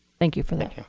thank you for that.